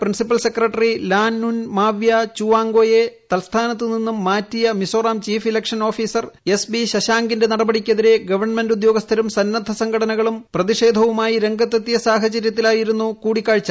principal secretary Lalnun ആഭ്യന്തര മാവിയ ചുവാങ്ഗോയെ തൽസ്ഥാനത്ത് നിന്നും മാറ്റിയ Mizoram chief election officer S B ശശാങ്കിന്റെ നടപടിക്കെതിരെ ഗവൺമെന്റ് ഉദ്യോഗസ്ഥരും സന്നദ്ധ സംഘടനകളും പ്രതിഷേധനവുമായി രംഗത്തെതിയ സാഹചര്യത്തിലായിരുന്നു കൂടിക്കാഴ്ച